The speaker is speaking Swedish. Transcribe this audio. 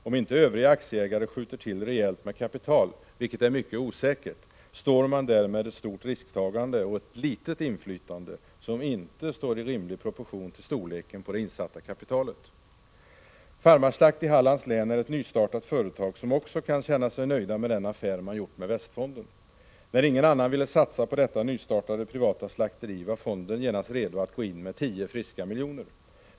Om inte övriga aktieägare skjuter till rejält med kapital, vilket är mycket osäkert, står man där med ett stort risktagande och ett litet inflytande, som inte står i rimlig proportion till storleken på det insatta kapitalet. Farmarslakt i Hallands län är ett nystartat företag som också kan känna sig nöjt med den affär man gjort med Västfonden. När ingen annan ville satsa på detta nystartade privata slakteri, var fonden genast redo att gå in med 10 friska miljoner.